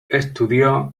estudió